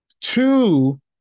Two